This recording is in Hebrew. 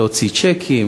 להוציא צ'קים,